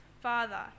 Father